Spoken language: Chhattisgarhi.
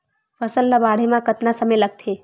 फसल ला बाढ़े मा कतना समय लगथे?